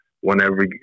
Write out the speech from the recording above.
whenever